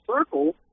circle